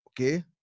Okay